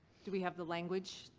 do we have the language?